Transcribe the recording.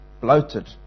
bloated